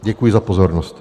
Děkuji za pozornost.